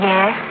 Yes